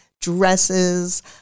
dresses